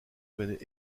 connaît